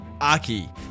Aki